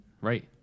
Right